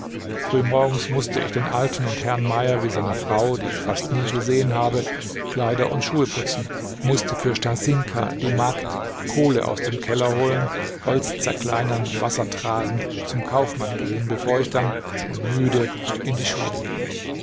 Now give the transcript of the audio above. früh morgens mußte ich den alten und herrn mayer wie seiner frau die ich fast nie gesehen habe kleider und schuhe putzen mußte für stasinka die magd kohle aus dem keller holen holz zerkleinern wasser tragen zum kaufmann gehen bevor ich dann schon müde in die schule ging